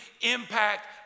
impact